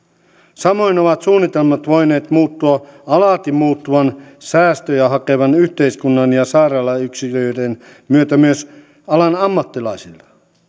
samoin ovat suunnitelmat voineet muuttua alati muuttuvan säästöjä hakevan yhteiskunnan ja sairaalayksiköiden myötä myös alan ammattilaisilla